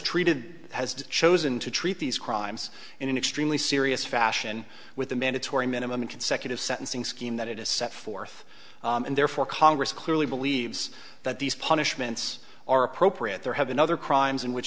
treated has chosen to treat these crimes in an extremely serious fashion with a mandatory minimum consecutive sentencing scheme that it is set forth and therefore congress clearly believes that these punishments are appropriate there have been other crimes in which